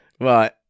Right